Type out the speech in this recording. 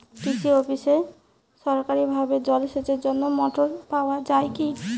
কৃষি অফিসে সরকারিভাবে জল সেচের জন্য মোটর পাওয়া যায় কি?